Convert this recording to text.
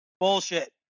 Bullshit